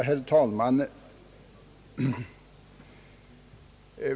Herr talman!